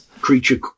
creature